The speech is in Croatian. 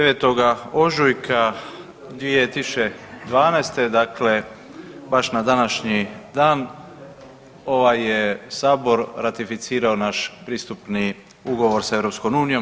9. ožujka 2012. dakle baš na današnji dan ovaj je sabor ratificirao naš pristupni ugovor sa EU.